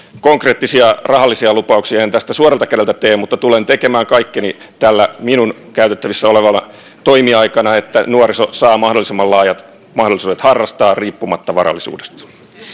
konkreettisia rahallisia lupauksia en tästä suoralta kädeltä tee mutta tulen tekemään kaikkeni tänä minun käytettävissäni olevalla toimiaikana että nuoriso saa mahdollisimman laajat mahdollisuudet harrastaa riippumatta varallisuudesta